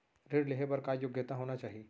ऋण लेहे बर का योग्यता होना चाही?